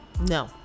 no